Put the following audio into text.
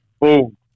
Boom